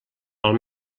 pel